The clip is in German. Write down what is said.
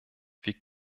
wir